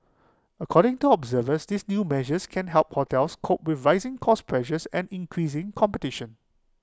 according to observers these new measures can help hotels cope with rising cost pressures and increasing competition